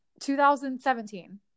2017